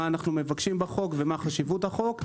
מה אנחנו מבקשים בחוק ומה חשיבות החוק.